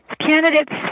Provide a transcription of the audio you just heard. candidate's